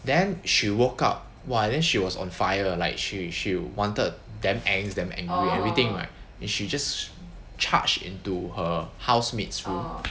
then she woke up !wah! then she was on fire like she she wanted damn angst damn angry everything right and she just charge into her house mates room